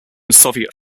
soviet